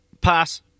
Pass